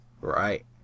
Right